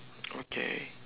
okay